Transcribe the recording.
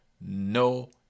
no